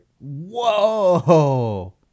Whoa